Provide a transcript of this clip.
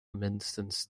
minstens